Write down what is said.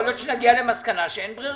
יכול להיות שנגיע למסקנה שאין ברירה.